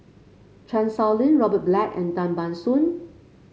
Chan Sow Lin Robert Black and Tan Ban Soon